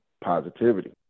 positivity